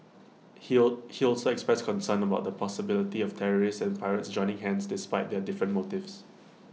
he he also expressed concern about the possibility of terrorists and pirates joining hands despite their different motives